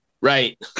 Right